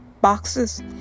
boxes